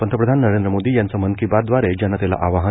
पंतप्रधान नरेंद्र मोदी यांचं मन की बात दवारे जनतेला आवाहन